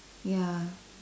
ya